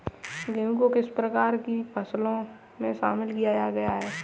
गेहूँ को किस प्रकार की फसलों में शामिल किया गया है?